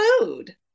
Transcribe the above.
food